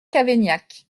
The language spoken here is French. cavaignac